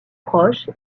proche